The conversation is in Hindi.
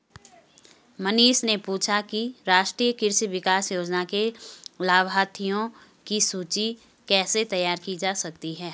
मनीष ने पूछा कि राष्ट्रीय कृषि विकास योजना के लाभाथियों की सूची कैसे तैयार की जा सकती है